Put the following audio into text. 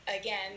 again